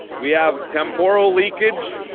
we have temporal leakage,